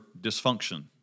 dysfunction